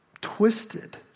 twisted